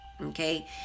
okay